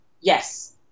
Yes